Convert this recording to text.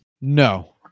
No